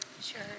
Sure